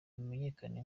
bimenyekane